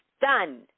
done